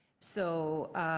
so